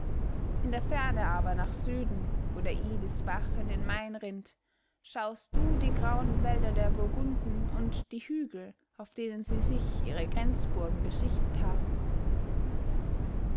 in der ferne aber nach süden wo der idisbach in den main rinnt schaust du die grauen wälder der burgunden und die hügel auf denen sie sich ihre grenzburgen geschichtet haben